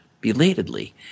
belatedly